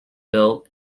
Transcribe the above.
built